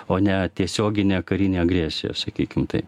o ne tiesioginė karinė agresija sakykim taip